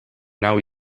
now